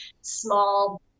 small